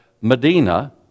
Medina